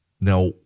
Now